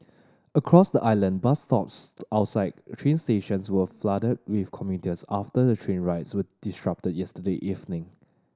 across the island bus stops outside train stations were flooded with commuters after the train rides were disrupted yesterday evening